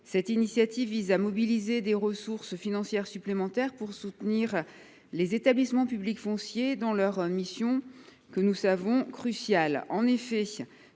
telle initiative permettrait de mobiliser des ressources financières supplémentaires pour soutenir les établissements publics fonciers dans leur mission, que nous savons cruciale.